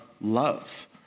love